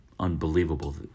unbelievable